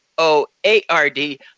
O-A-R-D